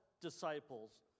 disciples